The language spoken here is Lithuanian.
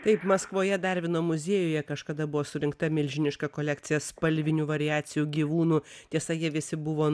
taip maskvoje darvino muziejuje kažkada buvo surinkta milžiniška kolekcija spalvinių variacijų gyvūnų tiesa jie visi buvo